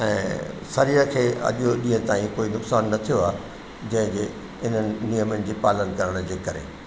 ऐं शरीर जे अॼु ॾींअं ताईं कोई नुक़सान न थियो आह जंहिंजे हिननि नियमनि जी पालनु करण जे करे